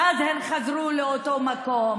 ואז הן חזרו לאותו מקום,